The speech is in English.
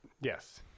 yes